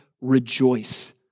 rejoice